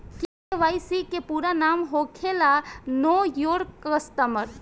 KYC के पूरा नाम होखेला नो योर कस्टमर